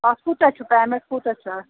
اَتھ کوٗتاہ چھُ پیمٮ۪نٛٹ کوٗتاہ چھُ اَتھ